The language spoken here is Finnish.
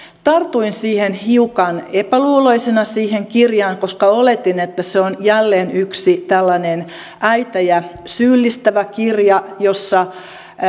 tartuin siihen kirjaan hiukan epäluuloisena koska oletin että se on jälleen yksi tällainen äitejä syyllistävä kirja jossa